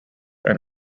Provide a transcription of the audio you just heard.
and